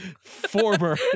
Former